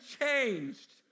changed